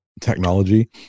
technology